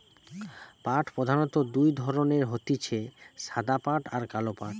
পাট প্রধানত দুই ধরণের হতিছে সাদা পাট আর কালো পাট